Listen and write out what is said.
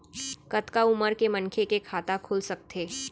कतका उमर के मनखे के खाता खुल सकथे?